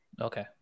Okay